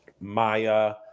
Maya